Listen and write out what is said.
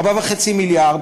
4.5 מיליארד,